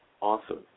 awesome